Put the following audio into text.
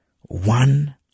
one